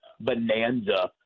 bonanza